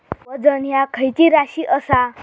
वजन ह्या खैची राशी असा?